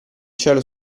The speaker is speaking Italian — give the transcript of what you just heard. cielo